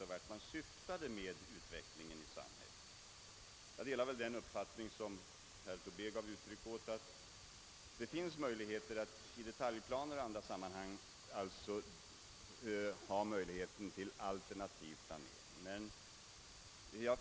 Dessa skulle då kunna klargöra vart man syftade med utvecklingen i samhället. Jag delar den uppfattning som herr Tobé gav uttryck för. I detaljplaner och i andra sammanhang finns det möjligheter till alternativ planering.